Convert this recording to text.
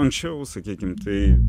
anksčiau sakykime tai